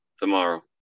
tomorrow